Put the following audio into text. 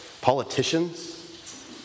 politicians